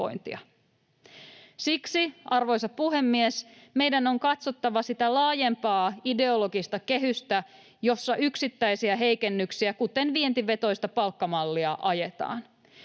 Siksi, arvoisa puhemies, meidän on katsottava sitä laajempaa ideologista kehystä, jossa yksittäisiä heikennyksiä, kuten vientivetoista palkkamallia, ajetaan.